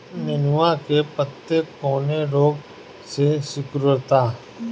नेनुआ के पत्ते कौने रोग से सिकुड़ता?